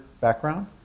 background